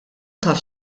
taf